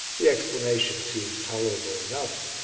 the explanation seems tolerable enough.